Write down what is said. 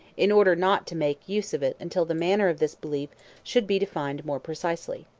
in order not to make use of it until the manner of this belief should be defined more precisely.